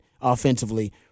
offensively